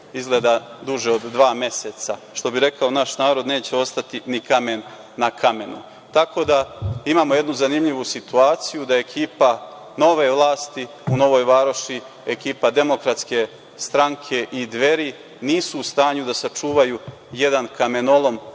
izgleda duže od dva meseca. Što bi rekao naš narod, neće ostati ni kamen na kamenu. Tako da, imamo jednu zanimljivu situaciju, da ekipa nove vlasti u Novoj Varoši, ekipa Demokratske stanke i Dveri nije u stanju da sačuva jedan kamenolom